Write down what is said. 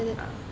ah